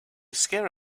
scare